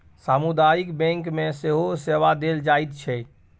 सामुदायिक बैंक मे सेहो सेवा देल जाइत छै